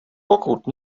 pokud